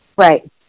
Right